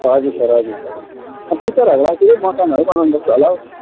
हजुर सर हजुर सर टिचरहरूलाई चाहिँ त्यही मटनहरू बनाउनु पर्छ होला हौ